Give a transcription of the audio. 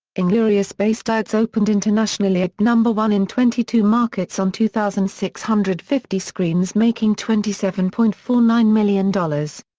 inglourious basterds opened internationally at number one in twenty two markets on two thousand six hundred and fifty screens making twenty seven point four nine million dollars.